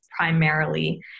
primarily